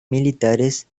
militares